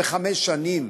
חמש שנים,